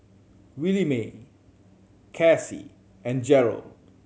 Williemae Casie and Jerold